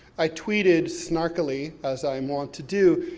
i tweeted snarkily, as i'm wont to do,